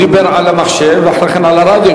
הוא דיבר על המחשב ואחרי כן על הרדיו.